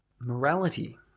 morality